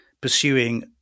pursuing